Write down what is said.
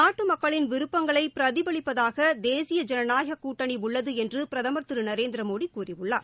நாட்டுமக்களின் விருப்பங்களைபிரதிபலிப்பதாகதேசிய ஜனநாயகக் கூட்டணிஉள்ளதுஎன்றுபிரதம் திருநரேந்திரமோடிகூறியுள்ளார்